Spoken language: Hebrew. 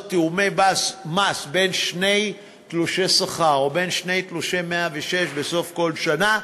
תיאומי מס בין שני תלושי שכר או בין שני תלושי 106 בסוף כל שנה,